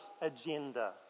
agenda